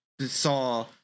saw